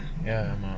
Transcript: ya ஆமா:aama